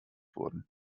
wurden